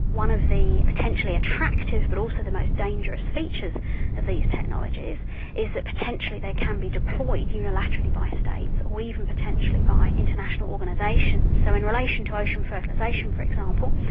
one of the potentially attractive but also the most dangerous features of these technologies is that potentially they can be deployed unilaterally by and states or even potentially by international organisations. so in relation to ocean fertilisation for example,